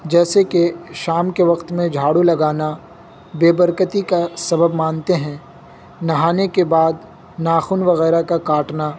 جیسے کہ شام کے وقت میں جھاڑو لگانا بے برکتی کا سبب مانتے ہیں نہانے کے بعد ناخن وغیرہ کا کاٹنا